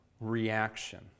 reaction